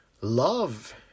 Love